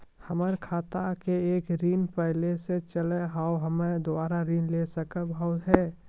हमर खाता मे एक ऋण पहले के चले हाव हम्मे दोबारा ऋण ले सके हाव हे?